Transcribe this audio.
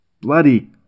bloody